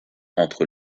entre